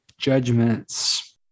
Judgments